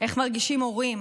איך מרגישים הורים